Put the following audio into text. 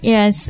Yes